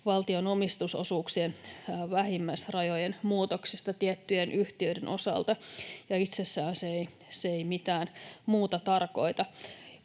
valtion omistusosuuksien vähimmäisrajojen muutoksista tiettyjen yhtiöiden osalta, ja itsessään se ei mitään muuta tarkoita.